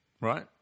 Right